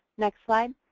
next slide.